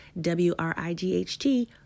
W-R-I-G-H-T